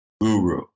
guru